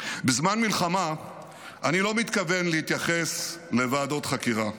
בזמן מלחמה אני לא מתכוון להתייחס לוועדות חקירה.